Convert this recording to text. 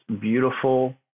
beautiful